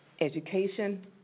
education